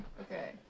Okay